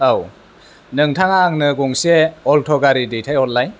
औ नोंथाङा आंनो गंसे अल्ट' गारि दैथायहरलाय